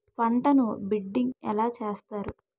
పంటను బిడ్డింగ్ ఎలా చేస్తారు?